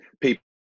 People